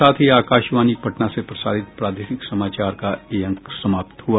इसके साथ ही आकाशवाणी पटना से प्रसारित प्रादेशिक समाचार का ये अंक समाप्त हुआ